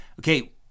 okay